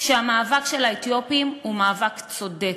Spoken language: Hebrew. שהמאבק של האתיופים הוא מאבק צודק,